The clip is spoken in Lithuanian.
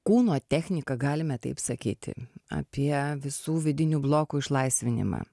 kūno techniką galime taip sakyti apie visų vidinių blokų išlaisvinimą